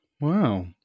Wow